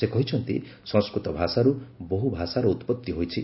ସେ କହିଛନ୍ତି ସଂସ୍କୃତ ଭାଷାରୁ ବହୁ ଭାଷାର ଉତ୍ପତ୍ତି ହୋଇଛି